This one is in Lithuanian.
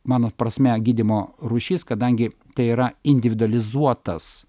mano prasme gydymo rūšis kadangi tai yra individualizuotas